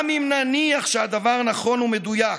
גם אם נניח שהדבר נכון ומדויק,